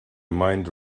mind